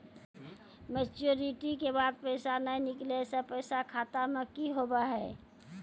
Maturity के बाद पैसा नए निकले से पैसा खाता मे की होव हाय?